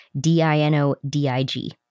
D-I-N-O-D-I-G